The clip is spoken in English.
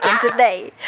today